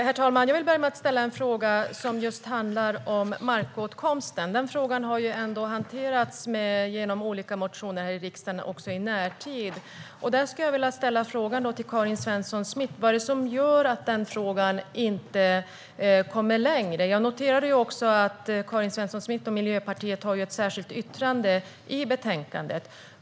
Herr talman! Jag vill börja med att fråga om markåtkomsten. Den frågan har ändå hanterats här i riksdagen också i närtid, genom olika motioner. Vad är det som gör att den frågan inte kommer längre, Karin Svensson Smith? Jag har noterat att Miljöpartiet och Karin Svensson Smith har ett särskilt yttrande i betänkandet.